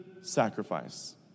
sacrifice